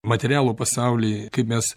materialų pasaulį kaip mes